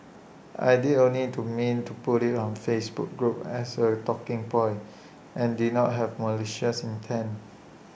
I did only to meant to put IT on the Facebook group as A talking point and did not have malicious intent